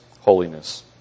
holiness